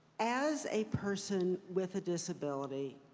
as a person with a disability,